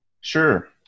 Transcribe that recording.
Sure